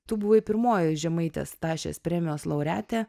tu buvai pirmoji žemaitės tašės premijos laureatė